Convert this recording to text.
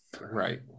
Right